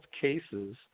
cases